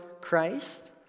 Christ